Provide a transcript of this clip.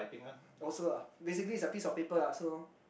also ah basically it's a piece of paper lah so